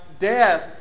death